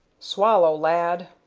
swallow, lad!